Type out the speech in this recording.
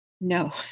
No